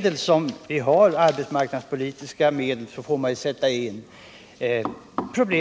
väl sätta in alla arbetsmarknadspolitiska medel som står till vårt förfogande för att avhjälpa dem.